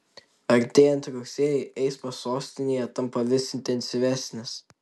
artėjant rugsėjui eismas sostinėje tampa vis intensyvesnis